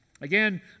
Again